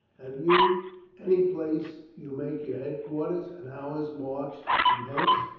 have you any place you make your headquarters? an hour's march from hence